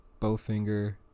Bowfinger